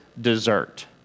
Dessert